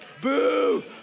boo